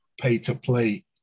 pay-to-play